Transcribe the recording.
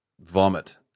vomit